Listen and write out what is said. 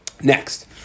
Next